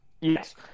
Yes